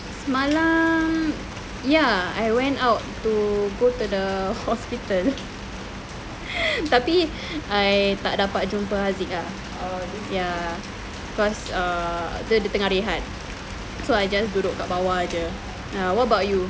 semalam ya I went out to go to the hospital tapi I tak dapat jumpa haziq lah cause err dia tengah rehat so I just duduk kat bawah jer ya what about you